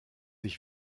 ich